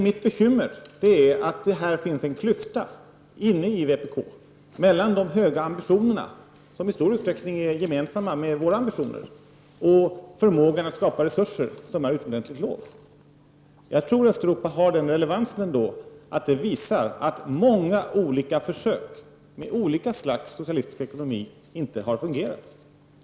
Mitt bekymmer är att det finns en klyfta inom vpk mellan å ena sidan de höga ambitioner som vpk har och som i stor utsträckning är gemensamma med våra ambitioner och å andra sidan förmågan att skapa resurser, vilken är utomordentligt låg. Jag tror att Östeuropa har den fördelen ändå att det har sett att många olika försök med olika slags socialistiska ekonomier inte har fungerat.